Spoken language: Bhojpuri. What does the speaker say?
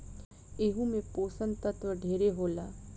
एहू मे पोषण तत्व ढेरे होला